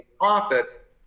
profit